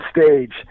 stage